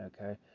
okay